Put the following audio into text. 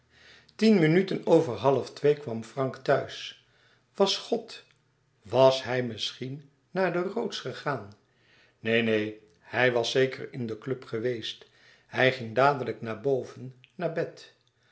tien minuten over half twee kwam frank thuis was god was hij misschien naar de rhodes gegaan neen neen hij was zeker in de club geweest hij ging dadelijk naar boven naar bed